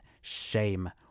shame